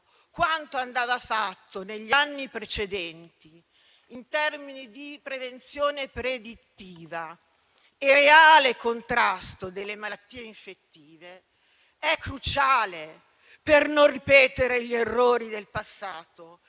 quanto andava fatto negli anni precedenti in termini di prevenzione predittiva e reale contrasto delle malattie infettive è cruciale per non ripetere gli errori del passato,